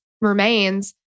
remains